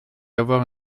avoir